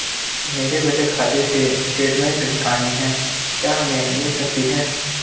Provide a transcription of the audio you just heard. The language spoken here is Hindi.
मेरे बचत खाते से स्टेटमेंट निकालनी है क्या हमें मिल सकती है?